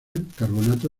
carbonato